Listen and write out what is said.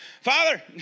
Father